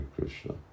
Krishna